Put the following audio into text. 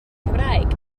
cymraeg